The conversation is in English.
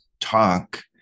talk